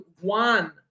one